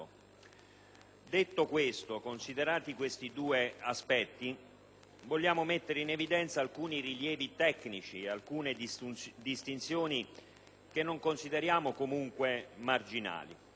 costo aggiuntivo. Considerati questi due aspetti, vogliamo mettere in evidenza alcuni rilievi tecnici e alcune distinzioni che non consideriamo comunque marginali.